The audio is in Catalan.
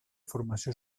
formació